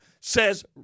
says